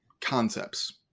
concepts